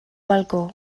balcó